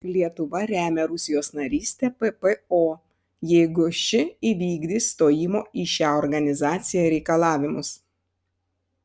lietuva remia rusijos narystę ppo jeigu ši įvykdys stojimo į šią organizaciją reikalavimus